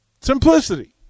Simplicity